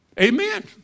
Amen